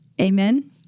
Amen